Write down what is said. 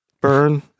burn